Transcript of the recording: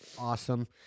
Awesome